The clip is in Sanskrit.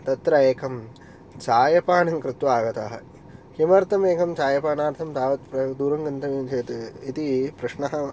तत्र एकं चायपानं कृत्वा आगताः किमर्थम् एकं चायपानार्थं तावत् दूरं गन्तव्यं चेत् इति प्रश्नः